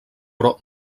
però